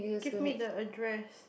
give me the address